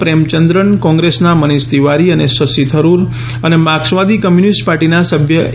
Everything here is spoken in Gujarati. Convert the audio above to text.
પ્રેમચંદ્રન કોંગ્રસના મનીષ તિવારી અને શશિ થરૂર અને માર્કસવાદી કમ્યુનિસ્ટ પાર્ટીના સભ્ય એ